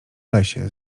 lesie